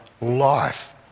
life